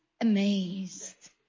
amazed